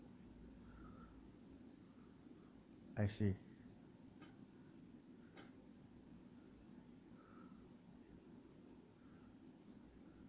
I see